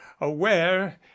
aware